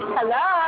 Hello